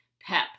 pep